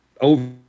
over